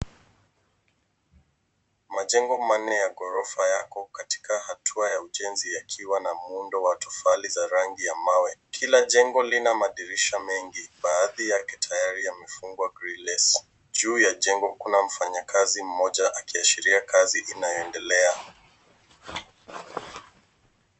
Majengo manne ya ghorofa yako katika hatua ya ujenzi yakiwa na muundo wa tofali za rangi ya mawe. Kila jengo lina madirisha mengi, baadhi yake tayari yamefungwa grills . Juu ya jengo kuna mfanyakazi mmoja akiashiria kazi inayoendelea.